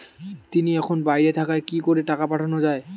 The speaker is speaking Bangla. তিনি এখন বাইরে থাকায় কি করে টাকা পাঠানো য়ায়?